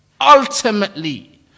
ultimately